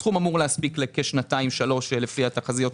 הסכום אמור להספיק לכשנתיים-שלוש לפי התחזיות שלנו.